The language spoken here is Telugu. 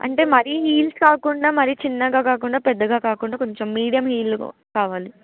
అంటే మరీ హీల్స్ కాకుండా మరీ చిన్నగా కాకుండా పెద్దగా కాకుండా కొంచెం మీడియం హీల్ కావాలి